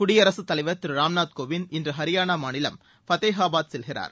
குடியரசுத்தலைவர் திரு ராம்நாத் கோவிந்த இன்று ஹரியானா மநாநிலம் ஃபத்தேகாபாத் செல்கிறார்